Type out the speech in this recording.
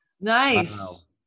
Nice